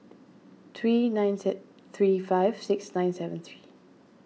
three nine six three five six nine seven three